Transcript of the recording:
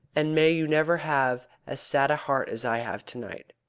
and may you never have as sad a heart as i have to-night.